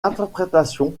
interprétation